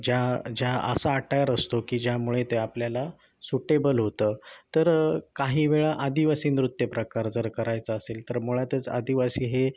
ज्या ज्या असा अटायर असतो की ज्यामुळे ते आपल्याला सुटेबल होतं तर काही वेळा आदिवासी नृत्य प्रकार जर करायचा असेल तर मुळातच आदिवासी हे